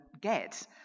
get